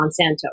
Monsanto